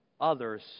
others